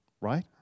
right